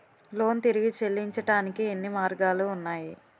Loan తిరిగి చెల్లించటానికి ఎన్ని మార్గాలు ఉన్నాయి?